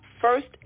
first